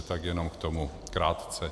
Tak jenom k tomu krátce.